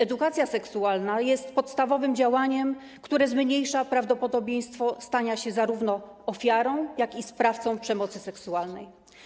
Edukacja seksualna jest podstawowym działaniem, które zmniejsza prawdopodobieństwo stania się zarówno ofiarą, jak i sprawcą przemocy seksualnej.